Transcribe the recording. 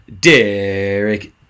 Derek